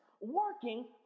working